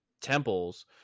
temples